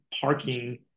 parking